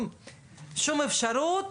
שום אפשרות